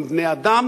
הם בני-אדם,